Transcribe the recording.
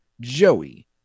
Joey